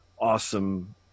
awesome